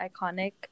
iconic